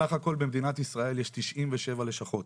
סך הכול במדינת ישראל יש 97 לשכות.